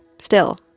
still,